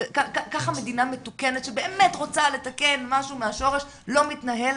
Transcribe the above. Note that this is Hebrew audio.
ככה מדינה מתוקנת שבאמת רוצה לתקן משהו מהשורש לא מתנהלת.